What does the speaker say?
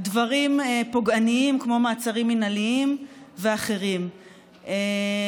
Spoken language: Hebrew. עניין לעשות ביחד,